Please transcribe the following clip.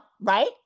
right